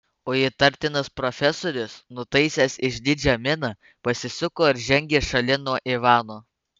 o įtartinas profesorius nutaisęs išdidžią miną pasisuko ir žengė šalin nuo ivano